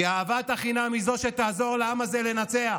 כי אהבת החינם היא זו שתעזור לעם הזה לנצח,